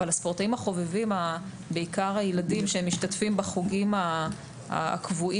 עבור הספורטאים החובבים בעיקר הילדים שמשתתפים בחוגים הקבועים,